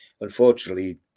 Unfortunately